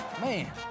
man